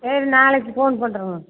சரி நாளைக்கு ஃபோன் பண்ணுறோங்க